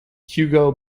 hugo